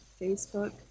Facebook